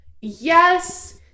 yes